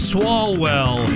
Swalwell